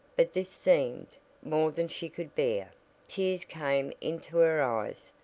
but this seemed more than she could bear tears came into her eyes,